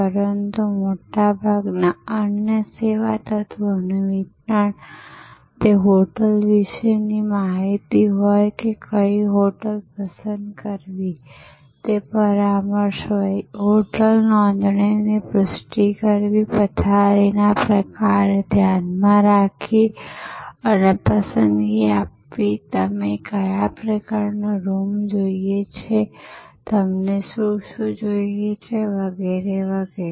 પરંતુ મોટાભાગના અન્ય સેવા તત્વોનું વિતરણ તે હોટેલ વિશેની માહિતી હોય કઈ હોટેલ પસંદ કરવી તે પરામર્શ હોય હોટેલ નોંધણીની પુષ્ટિ કરવી પથારીના પ્રકારને ધ્યાનમાં રાખીને પસંદગીઓ આપવી તમને કયા પ્રકારનો રૂમ જોઈએ છે વગેરે વગેરે